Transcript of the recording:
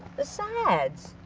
besides.